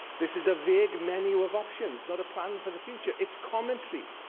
this is a vague menu of options, not a plan for the future it's commentary,